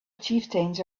chieftains